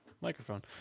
microphone